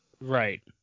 right